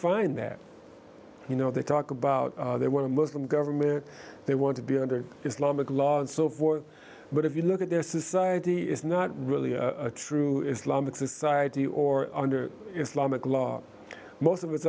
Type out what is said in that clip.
find that you know they talk about they want a muslim government they want to be under islamic law and so forth but if you look at their society is not really a true islamic society or under islamic law most of it's